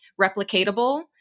replicatable